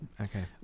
okay